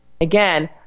Again